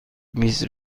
میز